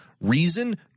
reason